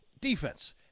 defense